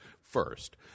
First